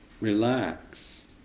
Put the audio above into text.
relax